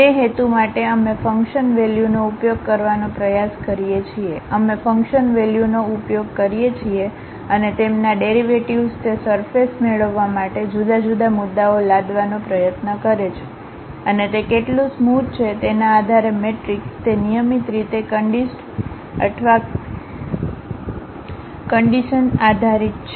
તે હેતુ માટે અમે ફંકશન વેલ્યુ નો ઉપયોગ કરવાનો પ્રયાસ કરીએ છીએ અમે ફંકશન વેલ્યુનો ઉપયોગ કરીએ છીએ અને તેમના ડેરિવેટિવ્ઝ તે સરફેસ મેળવવા માટે જુદા જુદા મુદ્દાઓ લાદવાનો પ્રયત્ન કરે છે અને તે કેટલું સ્મોધ છે તેના આધારે મેટ્રિક્સ તે નિયમિત રીતે કન્ડિશન્ડ અથવા કન્ડિશન્ડ આધારિત છે